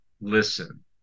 listen